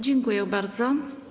Dziękuję bardzo.